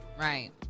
right